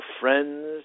friends